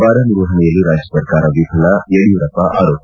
ಬರ ನಿರ್ವಹಣೆಯಲ್ಲಿ ರಾಜ್ಯ ಸರ್ಕಾರ ವಿಫಲ ಯಡಿಯೂರಪ್ಪ ಆರೋಪ